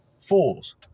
Fools